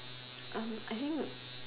I think